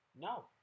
No